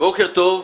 בוקר טוב.